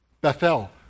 Bethel